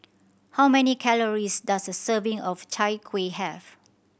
how many calories does a serving of Chai Kuih have